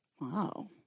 Wow